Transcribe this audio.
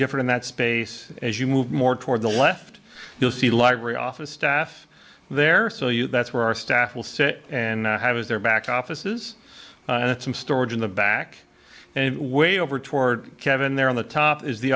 different in that space as you move more toward the left you'll see library office staff there so you that's where our staff will sit and have as their back offices in it some storage in the back and way over toward kevin there on the top is the